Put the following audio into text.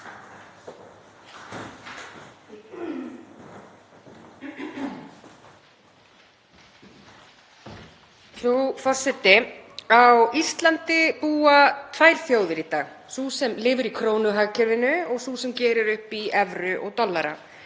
Frú forseti. Á Íslandi búa tvær þjóðir í dag; sú sem lifir í krónuhagkerfinu og sú sem gerir upp í evrum og dollurum.